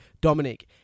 Dominic